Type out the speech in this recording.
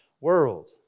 world